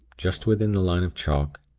just within the line of chalk,